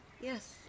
Yes